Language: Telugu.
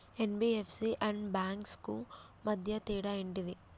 ఎన్.బి.ఎఫ్.సి అండ్ బ్యాంక్స్ కు మధ్య తేడా ఏంటిది?